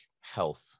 health